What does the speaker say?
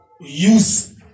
use